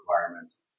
requirements